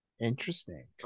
Interesting